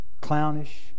clownish